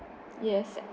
yes